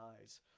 eyes